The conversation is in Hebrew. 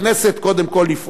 בכנסת קודם כול,